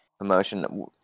emotion